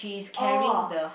oh